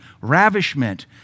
Ravishment